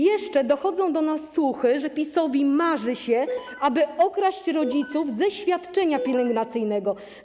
Jeszcze dochodzą do nas słuchy, że PiS-owi marzy się, aby okraść rodziców ze świadczenia pielęgnacyjnego.